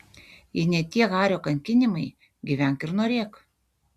jei ne tie hario kankinimai gyvenk ir norėk